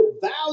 value